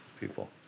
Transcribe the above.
People